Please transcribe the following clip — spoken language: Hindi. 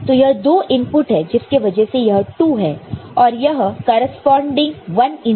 तो यह दो इनपुट है जिसके वजह से यह 2 है और यह करेस्पॉन्डिंग 1 इनपुट है